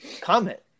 comment